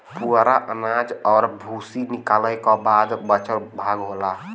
पुवरा अनाज और भूसी निकालय क बाद बचल भाग होला